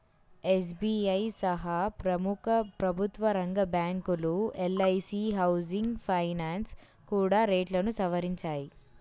SBI సహా ప్రముఖ ప్రభుత్వరంగ బ్యాంకులు, ఎల్.ఐ.సీ హౌసింగ్ ఫైనాన్స్ కూడా రేట్లను సవరించాయి